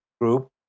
group